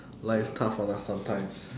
life's tough on us sometimes